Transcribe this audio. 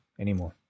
anymore